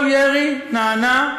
כל ירי נענה,